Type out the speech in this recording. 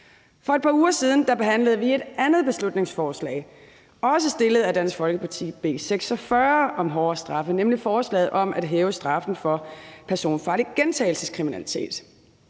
For et par uger siden behandlede vi et andet beslutningsforslag også fremsat af Dansk Folkeparti, B 46, om hårdere straffe, nemlig forslaget om at hæve straffen for personfarlig gentagelseskriminalitet.